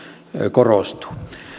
korostuu